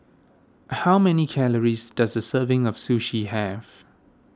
how many calories does a serving of Sushi have